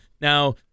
Now